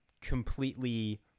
completely